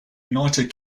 united